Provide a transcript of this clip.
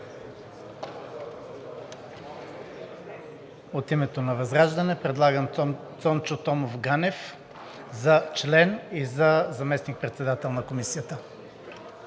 От името на ВЪЗРАЖДАНЕ предлагам Цончо Томов Ганев за член и за заместник-председател на Комисията.